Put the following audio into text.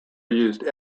used